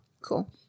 Cool